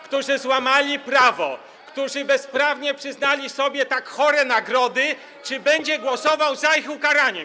którzy złamali prawo, którzy bezprawnie przyznali sobie tak chore nagrody, będzie głosował za ich ukaraniem?